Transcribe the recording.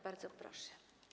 Bardzo proszę.